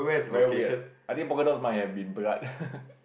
very weird I think polka dots might have been blood